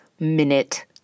Minute